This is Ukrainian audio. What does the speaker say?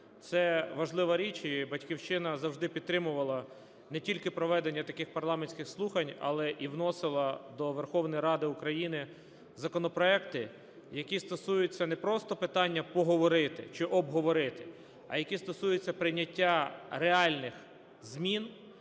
це важлива річ. І "Батьківщина" завжди підтримувала не тільки проведення таких парламентських слухань, але і вносила до Верховної Ради України законопроекти, які стосуються не просто питання поговорили чи обговорити, а які стосуються прийняття реальних змін,